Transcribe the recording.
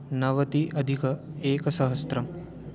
नवति अधिकं एकसहस्रम्